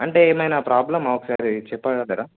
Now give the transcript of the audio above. అంటే ఏమైన ప్రాబ్లమా ఒకసారి చెప్పగలుగుతారా